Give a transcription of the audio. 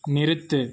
நிறுத்து